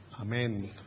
Amen